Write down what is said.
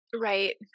Right